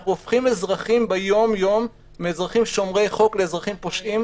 אנחנו הופכים אזרחים ביום-יום מאזרחים שומרי חוק לאזרחים פושעים,